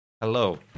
Hello